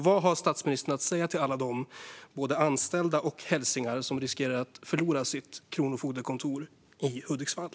Vad har statsministern att säga till alla de anställda och hälsingar som riskerar att förlora sitt kronofogdekontor i Hudiksvall?